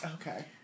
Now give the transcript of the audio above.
Okay